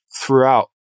throughout